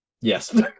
Yes